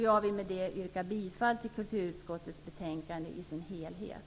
Jag vill med det yrka bifall till hemställan i kulturutskottets betänkande i sin helhet.